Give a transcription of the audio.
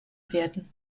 werden